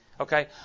Okay